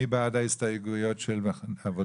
מי בעד ההסתייגויות של העבודה?